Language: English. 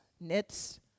knits